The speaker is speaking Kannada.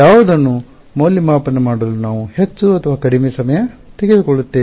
ಯಾವುದನ್ನು ಮೌಲ್ಯಮಾಪನ ಮಾಡಲು ನಾವು ಹೆಚ್ಚು ಅಥವಾ ಕಡಿಮೆ ಸಮಯ ತೆಗೆದುಕೊಳ್ಳುತ್ತೇವೆ